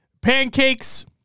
Pancakes